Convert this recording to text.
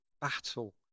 battle